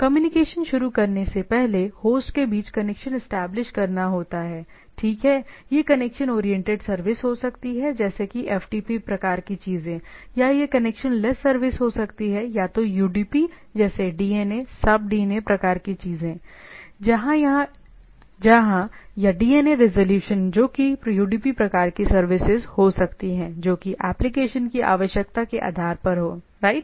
communication शुरू करने से पहले होस्ट के बीच कनेक्शन इस्टैबलिश् करना होता है ठीक है यह कनेक्शन ओरिएंटेड सर्विस हो सकती है जैसे कि FTP प्रकार की चीज़ें या यह कनेक्शन लेस सर्विस हो सकती है या तो UDP जैसे DNA Sub DNA प्रकार की चीज़ें जहाँ या DNA रिज़ॉल्यूशन जो कि UDP प्रकार की सर्विसेज हो सकती हैं जो कि एप्लिकेशन की आवश्यकता के आधार पर हो राइट